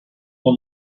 will